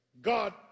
God